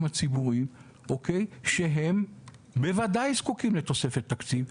הציבוריים שהם בוודאי זקוקים לתוספת תקציב,